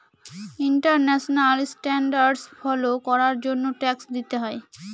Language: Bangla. ইন্টারন্যাশনাল স্ট্যান্ডার্ড ফলো করার জন্য ট্যাক্স দিতে হয়